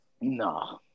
No